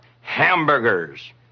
hamburgers